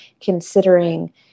considering